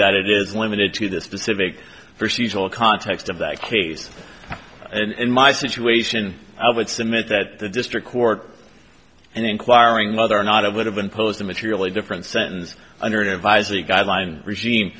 that it is limited to the specific for seasonal context of that case and in my situation i would submit that the district court and inquiring whether or not it would have been posed a materially different sentence under advisory guideline regime